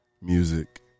music